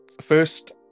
first